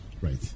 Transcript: right